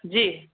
جی